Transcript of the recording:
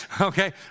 Okay